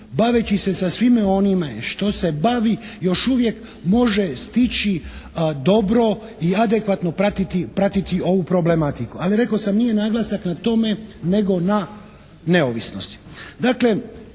baveći se sa svime onime što se bavi, još uvijek može stići dobro i adekvatno pratiti ovu problematiku. Ali rekao sam nije naglasak na tome nego na neovisnosti.